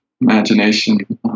imagination